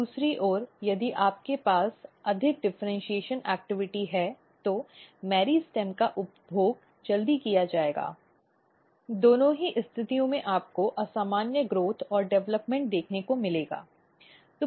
दूसरी ओर यदि आपके पास अधिक डिफ़र्इन्शीएशन गतिविधि है तो मेरिस्टम का उपभोग जल्दी किया जाएगा दोनों ही स्थितियों में आपको असामान्य ग्रोथ और डेवलपमेंट देखने को मिलेंगे